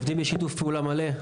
שעובדים איתנו בשיתוף פעולה מלא.